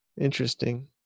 Interesting